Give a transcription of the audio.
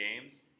games